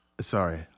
sorry